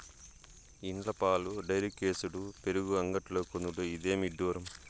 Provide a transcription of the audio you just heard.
ఇండ్ల పాలు డైరీకేసుడు పెరుగు అంగడ్లో కొనుడు, ఇదేమి ఇడ్డూరం